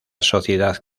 sociedad